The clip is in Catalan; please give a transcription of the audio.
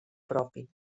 propi